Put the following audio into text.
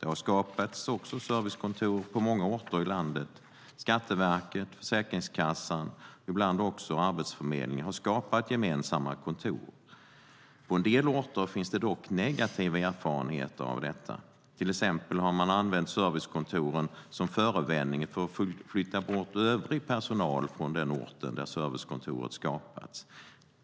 Det har också skapats servicekontor på många orter i landet. Skatteverket, Försäkringskassan och ibland Arbetsförmedlingen har skapat gemensamma kontor. På en del orter finns det dock negativa erfarenheter av detta. Till exempel har man använt servicekontoren som förevändning för att flytta bort övrig personal från den ort där servicekontoret skapats.